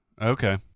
Okay